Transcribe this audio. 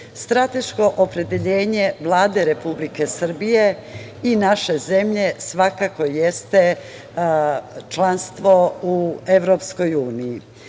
strateško opredeljenje Vlade Republike Srbije i naše zemlje, svakako jeste članstvo u EU.To naše